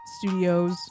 studios